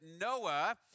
Noah